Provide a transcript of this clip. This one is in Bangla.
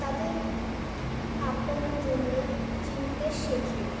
তাদের আপনজনদের চিনতে শেখে